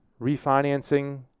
Refinancing